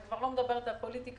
ואני כבר לא מדברת על פוליטיקה.